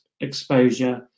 Exposure